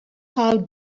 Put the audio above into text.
how